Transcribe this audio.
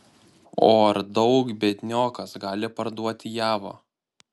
o ar daug biedniokas gali parduoti javo